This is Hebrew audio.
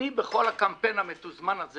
בכל הקמפיין המתוזמן הזה